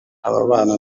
ababana